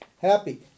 Happy